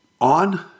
On